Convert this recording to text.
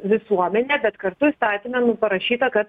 visuomenę bet kartu įstatyme nu parašyta kad